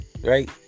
right